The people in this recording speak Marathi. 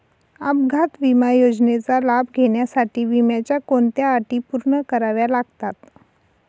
अपघात विमा योजनेचा लाभ घेण्यासाठी विम्याच्या कोणत्या अटी पूर्ण कराव्या लागतात?